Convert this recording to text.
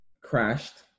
crashed